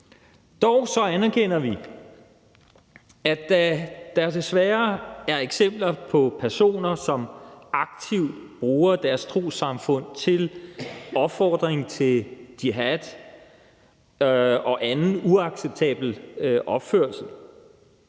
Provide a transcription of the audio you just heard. Dog anerkender vi, at der desværre er eksempler på personer, som aktivt bruger deres trossamfund til opfordring til jihad og anden uacceptabel opførsel,